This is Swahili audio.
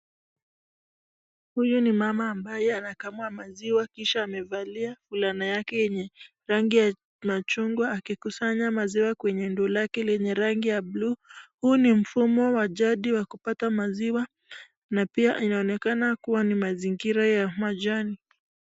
Huyu ni mama ambaye anakamua maziwa kisha amevalia fulana yake yenye rangi ya machungwa akikusanya maziwa kwenye ndoo lake yenye rangi ya buluu. Huu ni mfumo wa jadi wa kupata maziwa na pia inaonekana kuwa ni mazingira ya majani.